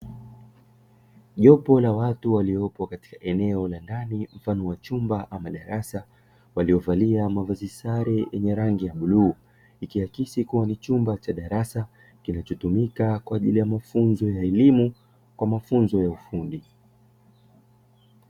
Jopo la watu waliopo katika eneo la ndani mfano wa chumba ama darasa waliovalia mavazi sare yenye rangi ya bluu. Ikiakisi kuwa ni chumba cha darasa kilichotumika kwa ajili ya mafunzo ya elimu kwa mafunzo ya ufundi.